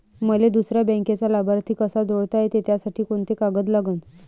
मले दुसऱ्या बँकेचा लाभार्थी कसा जोडता येते, त्यासाठी कोंते कागद लागन?